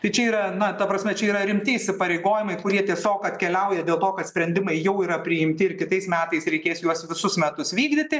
tai čia yra na ta prasme čia yra rimti įsipareigojimai kurie tiesiog atkeliauja dėl to kad sprendimai jau yra priimti ir kitais metais reikės juos visus metus vykdyti